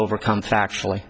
overcome factually